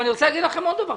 אני רוצה לומר לכם עוד דבר.